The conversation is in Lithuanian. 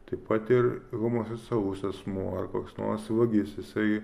taip pat ir homoseksualus asmuo ar koks nors vagis jisai